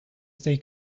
stay